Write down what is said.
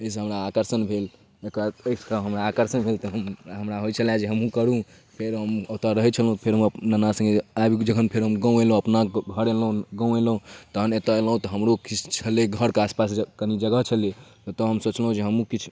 एहिसँ हमरा आकर्षण भेल एकर एहिसँ हमरा आकर्षण भेल तखन हमरा होइ छलै जे हमहूँ करू फेर हम ओतऽ रहै छलहुँ तऽ फेर हम नन्ना सङ्गे आबि जखन फेर हम गाम अएलहुँ तऽ अपना घर अएलहुँ गाम अएलहुँ एतऽ अएलहुँ तऽ हमरो किछु छलै घरके आसपास कनि जगह छलै ओतऽ हम सोचलहुँ जे हमहूँ किछु